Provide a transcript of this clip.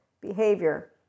behavior